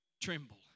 tremble